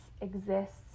exists